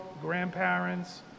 grandparents